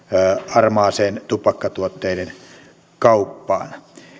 harmaaseen tupakkatuotteiden kauppaan